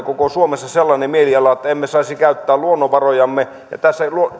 koko suomessa on leviämässä sellainen mieliala että emme saisi käyttää luonnonvarojamme ja tässä